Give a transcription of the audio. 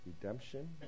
redemption